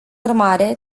urmare